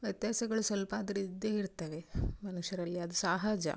ವ್ಯತ್ಯಾಸಗಳು ಸ್ವಲ್ಪಾದ್ರು ಇದ್ದೇ ಇರ್ತವೆ ಮನುಷ್ಯರಲ್ಲಿ ಅದು ಸಹಜ